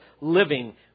living